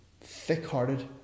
thick-hearted